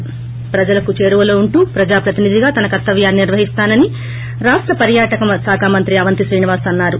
ి ప్రజలకు చేరువలో ఉంటూ ప్రజా ప్రతినిధిగా తన కర్తవ్యాన్ని నిర్వహిస్తానని పర్వాటక శాఖ మంత్రి అవంతీ శ్రీనివాస్ అన్నా రు